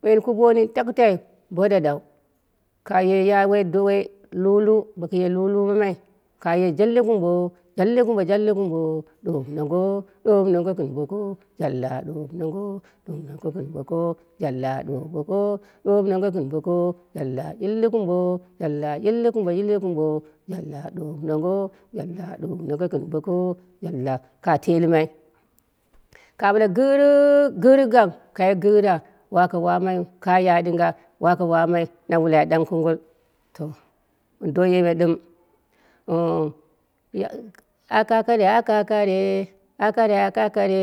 Bo yeni kɨ boni takɨtai bo ɗa ɗau, kaye ya woi lulu boka ye lulu mamai kaye jaka kumbo jalla kumbo jalla kumbo ɗoɓi mongo ɗoɓi nongo gɨn boko jalla ɗobɨ mongo jaka ɗoɓɨ mongo ɣin boko jalla ɗoɓɨ nongo jalla ɗoɓɨ nongo gɨn boko jalla, yilli kumbo yilli kumbo yilli kumbo jaka yilli kumbo yilli kumbo yilli kumbo jalla ɗoɓɨ nongo gɨn boko. ka teghlɨmai ka ɓale gɨgrɨk gɨrɨ gang kai gɨra wakawamaiyi kaya ɗingha wakawamai na wulai ɗang kongngol to mɨndo yimai ɗim wo akakare akakare akakre akakare